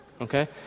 okay